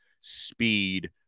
speed